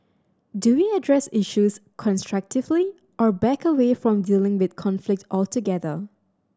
do we address issues constructively or back away from dealing with conflict altogether